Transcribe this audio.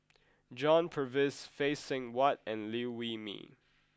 John Purvis Phay Seng Whatt and Liew Wee Mee